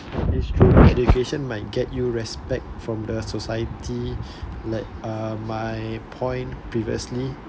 and it's true education might get you respect from the society like uh uh my point previously